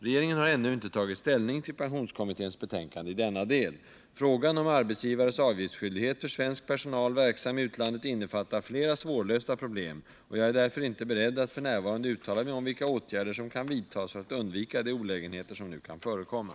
Regeringen har ännu inte tagit ställning till pensionskommitténs betänkande i denna del. Frågan om arbetsgivares avgiftsskyldighet för svensk personal verksam i utlandet innefattar flera svårlösta problem och jag är därför inte beredd att f. n. uttala mig om vilka åtgärder som kan vidtas för att undvika de olägenheter som nu kan förekomma.